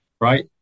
right